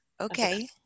okay